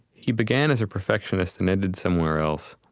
he began as a perfectionist and ended somewhere else,